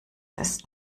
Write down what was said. ist